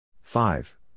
Five